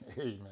Amen